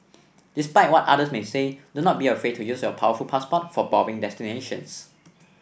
despite what others may say do not be afraid to use your powerful passport for boring destinations